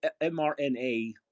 mRNA